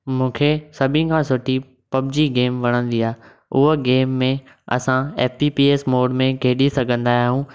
मूंखे सभिनी खां सुठी पबजी गेम वणंदी आहे हूअ गेम में असां F P P S mode में खेॾी सघंदा आहियूं